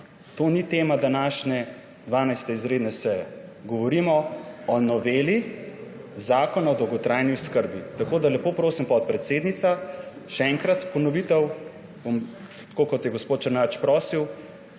To ni tema današnje 12. izredne seje. Govorimo o noveli Zakona o dolgotrajni oskrbi. Tako da lepo prosim, podpredsednica, še enkrat ponovitev, bom tako kot je gospod Černač prosil,